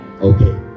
Okay